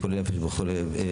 הצבעה לא אושרה.